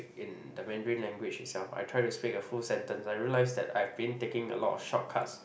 in the Mandarin language itself I try to speak a full sentence I realised I've been taking a lot of shortcuts